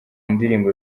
ndirimbo